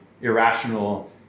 irrational